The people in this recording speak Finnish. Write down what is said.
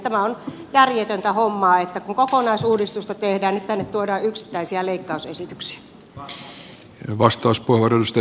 tämä on järjetöntä hommaa että kun kokonaisuudistusta tehdään niin tänne tuodaan yksittäisiä leikkausesityksiä